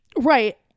Right